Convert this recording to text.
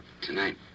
Tonight